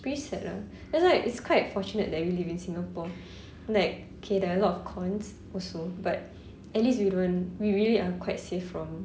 it's pretty sad lah that's why it's quite fortunate that we live in singapore like okay there are a lot of cons also but at least we don't we really are quite safe from